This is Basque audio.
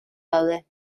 daude